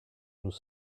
nous